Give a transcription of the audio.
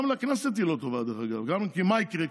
גם לכנסת היא לא טובה, דרך אגב, כי מה יקרה?